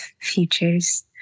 futures